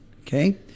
Okay